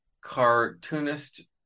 cartoonist